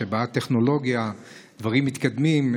כשבאים טכנולוגיה ודברים מתקדמים,